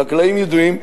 חקלאים ידועים,